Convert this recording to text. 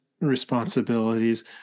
responsibilities